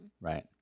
Right